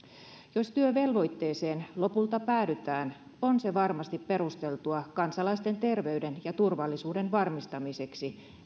jos työvelvoitteeseen lopulta päädytään on se varmasti perusteltua kansalaisten terveyden ja turvallisuuden varmistamiseksi